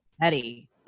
Eddie